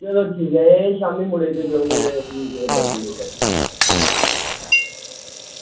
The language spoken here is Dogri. चलो एह् ठीक ऐ एह् शामीं मुड़े गी भेजेओ मेरे कोल साबनै टिक्कियां लेइयै